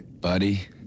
Buddy